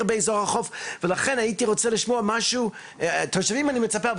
באזור החוף ולכן הייתי רוצה לשמוע משהו מהתושבים אני מצפה כמובן,